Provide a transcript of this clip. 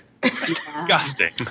Disgusting